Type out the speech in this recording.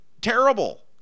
terrible